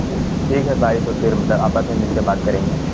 جی ٹھیک ہے بھائی تو پھر مطلب آپس میں مل کر بات کریں گے